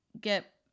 get